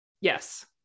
Yes